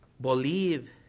believe